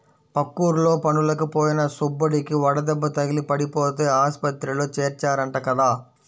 పక్కూర్లో పనులకి పోయిన సుబ్బడికి వడదెబ్బ తగిలి పడిపోతే ఆస్పత్రిలో చేర్చారంట కదా